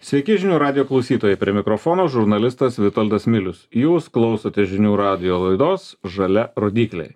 sveiki žinių radijo klausytojai prie mikrofono žurnalistas vitoldas milius jūs klausotės žinių radijo laidos žalia rodyklė